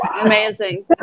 Amazing